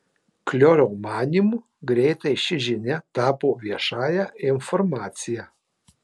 kliorio manymu greitai ši žinia tapo viešąja informacija